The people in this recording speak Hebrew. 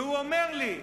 והוא אומר לי,